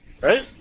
right